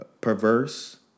perverse